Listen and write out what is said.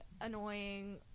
annoying